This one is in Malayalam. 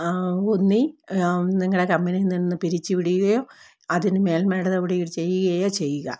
ഒന്നി നിങ്ങളുടെ കമ്പനിയിൽ നിന്നു പിരിച്ചു വിടുകയോ അതിനു മേൽ നടപടി ചെയ്യുകയോ ചെയ്യുക